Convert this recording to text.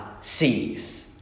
Sees